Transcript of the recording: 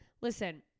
Listen